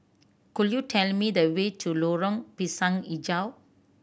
could you tell me the way to Lorong Pisang Hijau